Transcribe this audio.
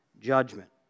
judgment